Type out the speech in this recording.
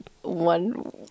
one